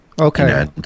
Okay